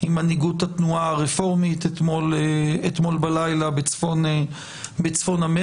עם מנהיגות התנועה הרפורמית אתמול בלילה בצפון אמריקה.